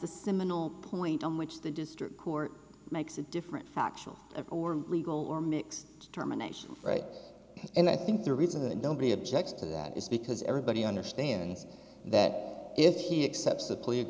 the seminal point on which the district court makes a different factual of or legal or mixed terminations right and i think the reason nobody objects to that is because everybody understands that if he accepts the p